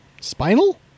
Spinal